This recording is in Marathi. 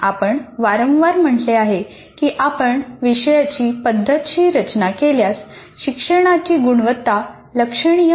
आपण वारंवार म्हटले आहे की आपण विषयाची पद्धतशीर रचना केल्यास शिक्षणाची गुणवत्ता लक्षणीय प्रमाणात वाढविली जाऊ शकते